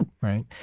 right